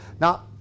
Now